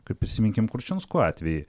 kaip prisiminkim kručinskų atvejį